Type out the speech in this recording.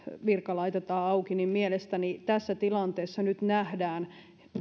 virka laitetaan auki niin mielestäni tässä tilanteessa nyt nähdään